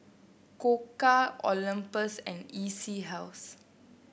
Koka Olympus and E C House